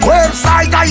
Website